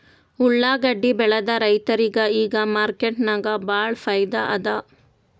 ಉಳ್ಳಾಗಡ್ಡಿ ಬೆಳದ ರೈತರಿಗ ಈಗ ಮಾರ್ಕೆಟ್ನಾಗ್ ಭಾಳ್ ಫೈದಾ ಅದಾ